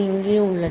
அது இங்கே உள்ளது